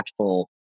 impactful